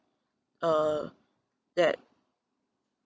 uh that